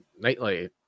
nightlight